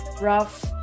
rough